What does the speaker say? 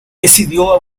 decidió